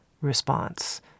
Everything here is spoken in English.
response